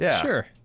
Sure